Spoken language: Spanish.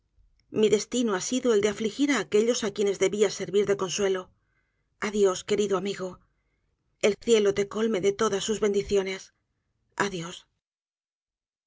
mi destino ha sido el de afligir á aquellos á quienes debia servir de consuelo adiós querido amigo el cielo te colme de todas sus bendiciones adiós